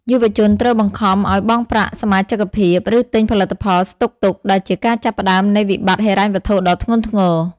យុវជនត្រូវបង្ខំឱ្យបង់ប្រាក់សមាជិកភាព ឬទិញផលិតផលស្តុកទុក ដែលជាការចាប់ផ្តើមនៃវិបត្តិហិរញ្ញវត្ថុដ៏ធ្ងន់ធ្ងរ។